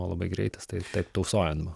labai greitas tai taip tausojama